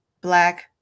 black